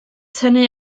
tynnu